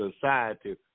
society